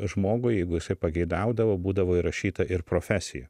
žmogui jeigu jisai pageidaudavo būdavo įrašyta ir profesija